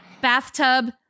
Bathtub